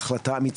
היא החלטה אמיצה.